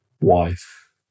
wife